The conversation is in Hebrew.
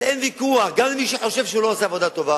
אבל גם אם מישהו חושב שהוא לא עושה עבודה טובה,